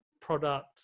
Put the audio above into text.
product